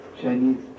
Chinese